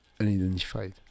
unidentified